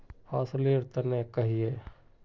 फसल लेर तने कहिए?